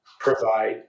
provide